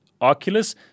Oculus